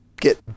get